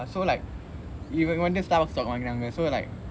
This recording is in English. ya so like இவங்க வந்து:ivanga vanthu starbucks வாங்குனாங்க:vaangunaanga so like